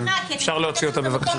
אפשר להוציא אותה, בבקשה.